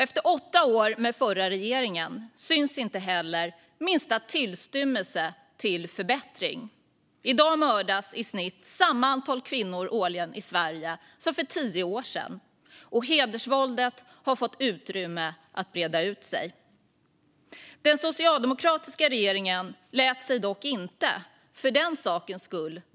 Efter åtta år med den förra regeringen syns inte minsta tillstymmelse till förbättring. I dag mördas i snitt samma antal kvinnor årligen i Sverige som för tio år sedan, och hedersvåldet har fått utrymme att breda ut sig. Den socialdemokratiska regeringen hade inte någon brådska.